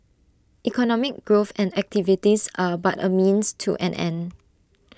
economic growth and activities are but A means to an end